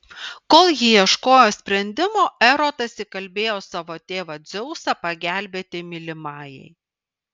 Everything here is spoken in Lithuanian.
kol ji ieškojo sprendimo erotas įkalbėjo savo tėvą dzeusą pagelbėti mylimajai